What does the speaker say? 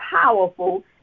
powerful